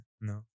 No